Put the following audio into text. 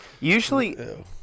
usually